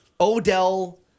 Odell